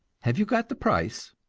have you got the price?